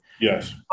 Yes